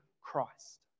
Christ